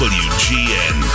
wgn